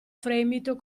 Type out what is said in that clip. fremito